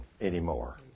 anymore